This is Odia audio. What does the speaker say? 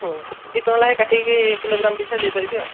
ହଁ ଦୁଇ ଟଙ୍କା ଲେଖାଏଁ କାଟିକି କିଲୋଗ୍ରାମ୍ ପିଛା ଦେଇପାରିବି ଆଉ